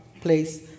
place